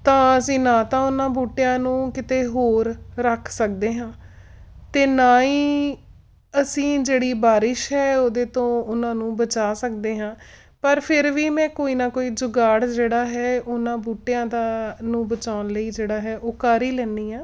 ਤਾਂ ਅਸੀਂ ਨਾ ਤਾਂ ਉਹਨਾਂ ਬੂਟਿਆਂ ਨੂੰ ਕਿਤੇ ਹੋਰ ਰੱਖ ਸਕਦੇ ਹਾਂ ਅਤੇ ਨਾ ਹੀ ਅਸੀਂ ਜਿਹੜੀ ਬਾਰਿਸ਼ ਹੈ ਉਹਦੇ ਤੋਂ ਉਹਨਾਂ ਨੂੰ ਬਚਾ ਸਕਦੇ ਹਾਂ ਪਰ ਫਿਰ ਵੀ ਮੈਂ ਕੋਈ ਨਾ ਕੋਈ ਜੁਗਾੜ ਜਿਹੜਾ ਹੈ ਉਹਨਾਂ ਬੂਟਿਆਂ ਦਾ ਨੂੰ ਬਚਾਉਣ ਲਈ ਜਿਹੜਾ ਹੈ ਉਹ ਕਰ ਹੀ ਲੈਂਦੀ ਹਾਂ